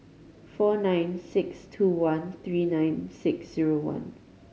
four nine six two one three nine six zero one